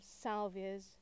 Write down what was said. salvias